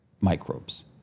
microbes